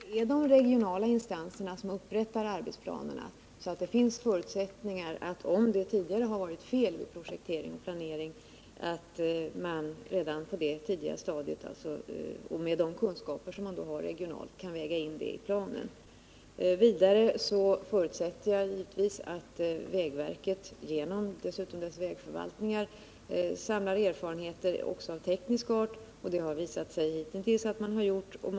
Herr talman! Det är de regionala instanserna som upprättar arbetsplanerna. Förutsättningar finns således att redan på detta tidiga stadium ta hänsyn till de kunskaper som man har regionalt och väga in dem i planerna. Vidare förutsätter jag givetvis att vägverket genom sina vägförvaltningar samlar erfarenheter också av teknisk art. Det har visat sig att man hitintills har gjort så.